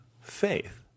faith